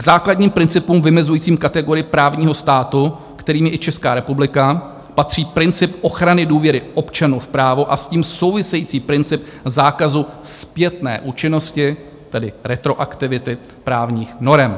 K základním principům vymezujícím kategorii právního státu, kterým je i Česká republika, patří princip ochrany důvěry občanů v právo a s tím související princip zákazu zpětné účinnosti, tedy retroaktivity právních norem.